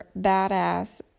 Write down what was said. Badass